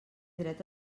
dret